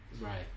right